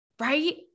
right